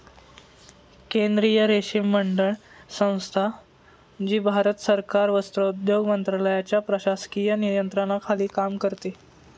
केंद्रीय रेशीम मंडळ संस्था, जी भारत सरकार वस्त्रोद्योग मंत्रालयाच्या प्रशासकीय नियंत्रणाखाली काम करते